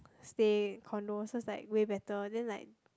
stay condo so it's like way better then like